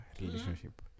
relationship